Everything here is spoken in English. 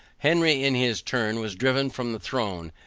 henry in his turn was driven from the throne,